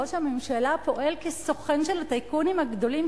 ראש הממשלה פועל כסוכן של הטייקונים הגדולים,